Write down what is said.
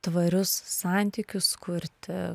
tvarius santykius kurti